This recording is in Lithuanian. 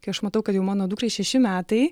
kai aš matau kad jau mano dukrai šeši metai